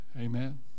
Amen